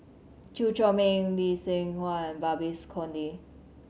Chew Chor Meng Lee Seng Huat Babes Conde